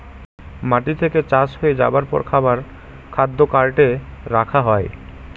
মাটি থেকে চাষ হয়ে যাবার পর খাবার খাদ্য কার্টে রাখা হয়